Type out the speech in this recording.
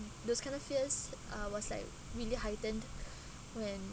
those kinds of fears uh was like really heightened when